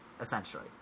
essentially